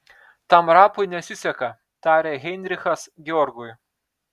tam rapui nesiseka tarė heinrichas georgui